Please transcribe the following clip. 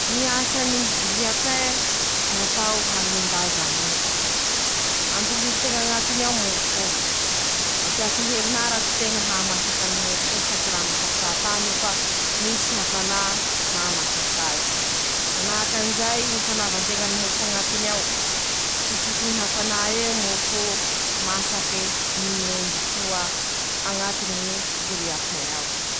Ñ'atao hoe jiro fatao am-poso moa: -Jiro kelikely andesin-teña mandea haly. Manahaky anizao teña lafa mandea haly reñy: -Hipilian-teña lala na ñy raha maikiky mbañibañy, zay ñ'asany ñy jiro atao am-poso.